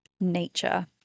nature